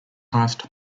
highest